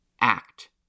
Act